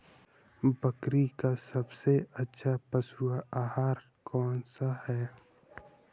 बकरी का सबसे अच्छा पशु आहार कौन सा है?